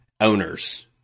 owners